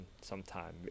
sometime